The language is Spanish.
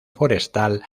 forestal